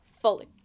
Fully